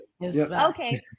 okay